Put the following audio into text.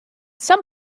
some